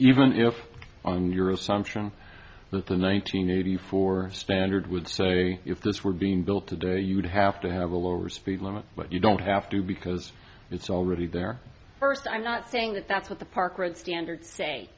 even if on your assumption that the nineteen eighty four standard would so if this were being built today you'd have to have a lower speed limit but you don't have to because it's already there first i'm not saying that that's what the park road standards say